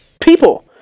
people